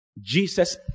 Jesus